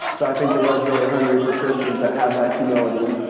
so i think the world's really hungry for christians that have that humility,